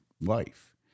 life